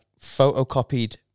photocopied